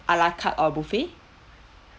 a la carte or buffet